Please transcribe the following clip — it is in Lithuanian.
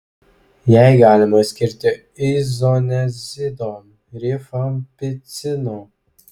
jai galima skirti izoniazido rifampicino